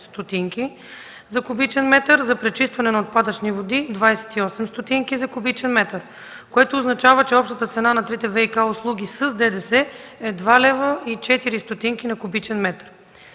за кубичен метър; за пречистване на отпадъчни води – 0,28 лв. за кубичен метър, което означава, че общата цена на трите ВиК услуги с ДДС е 2,04 лв. на кубичен метър.